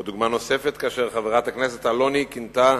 או דוגמה נוספת, כאשר חברת הכנסת אלוני כינתה